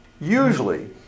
Usually